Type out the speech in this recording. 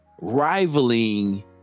rivaling